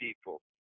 people